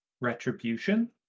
retribution